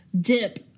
dip